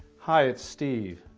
hi. it's steve.